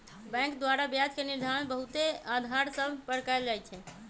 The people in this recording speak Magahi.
बैंक द्वारा ब्याज के निर्धारण बहुते अधार सभ पर कएल जाइ छइ